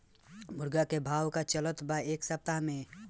मुर्गा के भाव का चलत बा एक सप्ताह से?